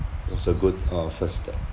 it was a good uh first step